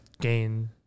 gain